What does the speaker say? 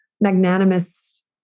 magnanimous